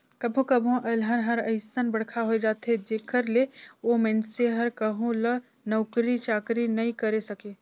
कभो कभो अलहन हर अइसन बड़खा होए जाथे जेखर ले ओ मइनसे हर कहो ल नउकरी चाकरी नइ करे सके